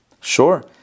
sure